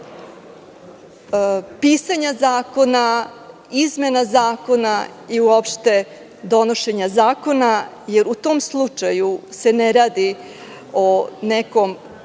pisanja zakona, izmena zakona i uopšte donošenja zakona, jer u tom slučaju se ne radi o nekoj